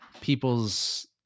people's